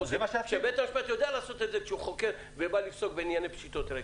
בית המשפט יודע לעשות את זה כשהוא חוקר ובא לפסוק בענייני פשיטות רגל.